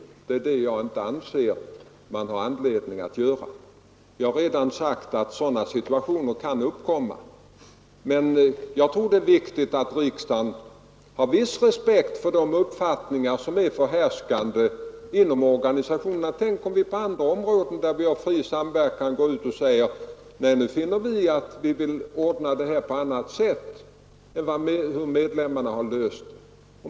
Och det är det som jag anser att vi inte har anledning att göra. Jag har emellertid sagt att sådana situationer kan uppkomma. Men jag tror det är viktigt att riksdagen har respekt för de uppfattningar som råder inom organisationerna. Tänk om vi inom andra områden, där vi har fri samverkan, skulle gå ut och säga: nej, nu vill vi ordna detta på annat sätt än såsom medlemmarna har velat!